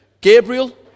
Gabriel